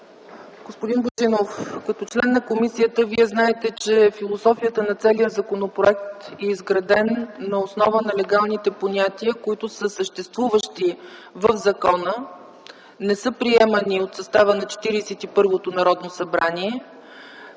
Господин Божинов, като член на комисията Вие знаете, че философията на целия законопроект е изградена на основа на легалните понятия, които са съществуващи в закона. Не са приемани от състава на Четиридесет